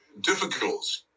difficult